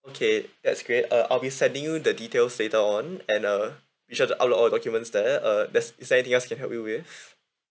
okay that's great uh I'll be sending you the details later on and uh you have to upload all the documents there uh there's is there anything else I can help you